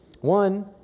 One